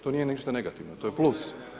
To nije ništa negativno, to je plus.